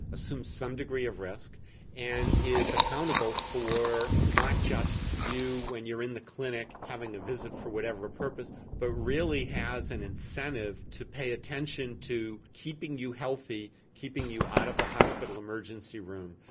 assumes some degree of risk and is accountable for not just you when you are in the clinic having a visit for whatever purpose but really has an incentive to pay attention to keeping you healthy, keeping you out of the hospital emergency room,